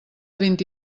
vint